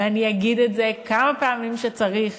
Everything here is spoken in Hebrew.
ואני אגיד את זה כמה פעמים שצריך